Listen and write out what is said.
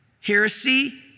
heresy